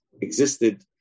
existed